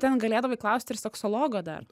ten galėdavai klausti ir seksologo dar